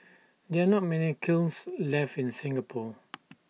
there are not many kilns left in Singapore